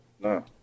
No